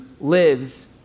lives